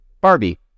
Barbie